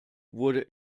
wurde